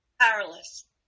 Powerless